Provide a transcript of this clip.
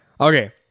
Okay